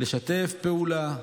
לשתף פעולה,